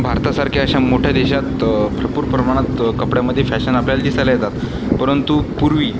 भारतासारख्या अशा मोठ्या देशात भरपूर प्रमाणात कपड्यांमध्ये फॅशन आपल्याला दिसायला येतात परंतु पूर्वी